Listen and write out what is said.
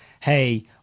hey